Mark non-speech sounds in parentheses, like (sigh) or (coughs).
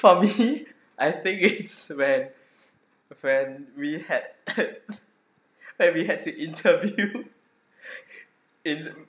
for me (laughs) I think it's when a friend we had (coughs) when we had to interview (laughs) in